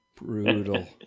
Brutal